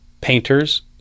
painters